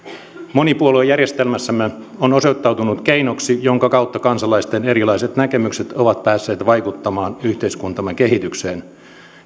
monipuoluejärjestelmämme on osoittautunut keinoksi jonka kautta kansalaisten erilaiset näkemykset ovat päässeet vaikuttamaan yhteiskuntamme kehitykseen